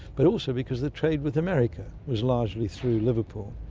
but also because the trade with america was largely through liverpool.